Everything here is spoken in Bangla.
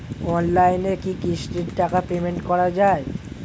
অনলাইনে কি কিস্তির টাকা পেমেন্ট করা যায়?